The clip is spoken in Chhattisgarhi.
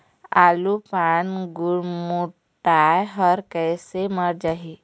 आलू पान गुरमुटाए हर कइसे मर जाही?